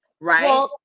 right